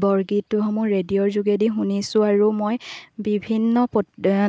বৰগীতসমূহ ৰেডিঅ'ৰ যোগেদি শুনিছোঁ আৰু মই বিভিন্ন প